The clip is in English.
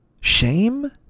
shame